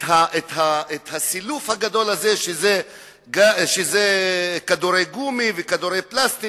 את הסילוף הגדול הזה, שזה כדורי גומי ופלסטיק.